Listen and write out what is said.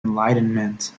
enlightenment